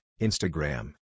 Instagram